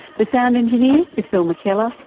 the sound engineer is phil mackellar.